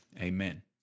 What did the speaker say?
Amen